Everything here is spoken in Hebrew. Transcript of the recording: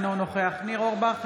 אינו נוכח ניר אורבך,